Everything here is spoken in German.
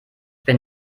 bin